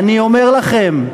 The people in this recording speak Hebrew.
אני אומר לכם,